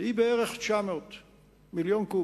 היא בערך 900 מיליון קוב,